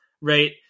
right